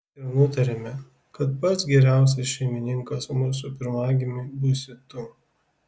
ir nutarėme kad pats geriausias šeimininkas mūsų pirmagimiui būsi tu